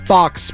Fox